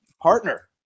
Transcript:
partner